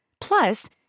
Plus